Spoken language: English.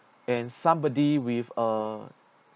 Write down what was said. and somebody with a